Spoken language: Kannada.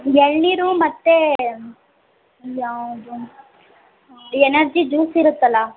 ಎಳನೀರು ಮತ್ತೆ ಯಾವುದು ಎನರ್ಜಿ ಜ್ಯೂಸ್ ಇರುತ್ತಲ್ಲ